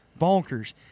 Bonkers